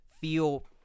feel